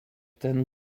ten